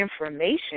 information